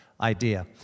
idea